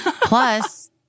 Plus